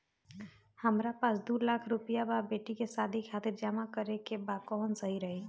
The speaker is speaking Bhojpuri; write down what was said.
हमरा पास दू लाख रुपया बा बेटी के शादी खातिर जमा करे के बा कवन सही रही?